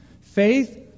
Faith